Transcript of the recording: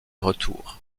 retour